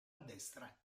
destra